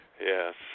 Yes